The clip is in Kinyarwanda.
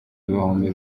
ibihumbi